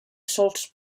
sols